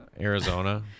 Arizona